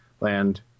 land